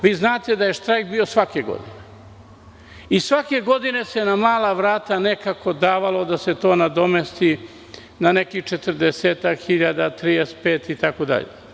Vi znate da je štrajk bio svake godine i svake godine se na mala vrata nekako davalo da se to nadomesti na nekih 35-40 hiljada.